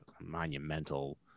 monumental